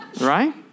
Right